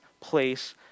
place